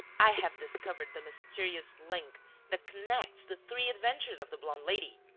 i have discovered the mysterious link that connects the three adventures of the blonde lady.